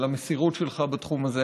על המסירות שלך בתחום הזה,